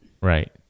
Right